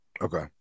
Okay